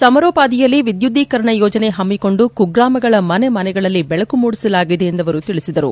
ಸಮಾರೋಪಾದಿಯಲ್ಲಿ ವಿದ್ಯುದೀಕರಣ ಯೋಜನೆ ಹಮ್ನಿಕೊಂಡು ಕುಗ್ರಾಮಗಳ ಮನೆ ಮನೆಗಳಲ್ಲಿ ಬೆಳಕು ಮೂಡಿಸಲಾಗಿದೆ ಎಂದು ಅವರು ತಿಳಿಸಿದರು